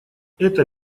это